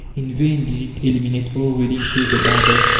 in vain did it eliminate all reading save the bible.